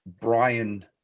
Brian